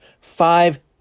five